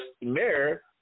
mayor